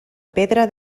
pedra